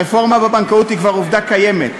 הרפורמה בבנקאות היא כבר עובדה קיימת.